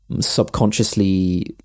subconsciously